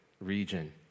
region